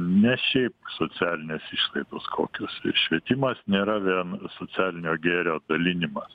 ne šiaip socialinės išlaidos kokios švietimas nėra vien socialinio gėrio dalinimas